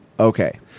Okay